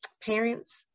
parents